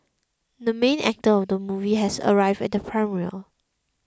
the main actor of the movie has arrived at premiere